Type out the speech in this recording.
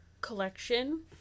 collection